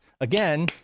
Again